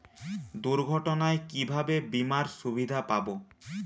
দুর্ঘটনায় কিভাবে বিমার সুবিধা পাব?